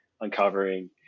uncovering